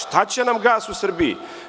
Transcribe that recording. Šta će nam gas u Srbiji?